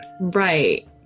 Right